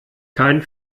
kein